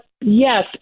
yes